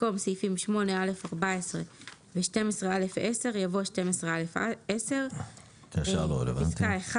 במקום "סעיפים 8(א)(14) ו-12(א)(10)" יבוא "סעיף 12(א)(10)"; בפסקה (1),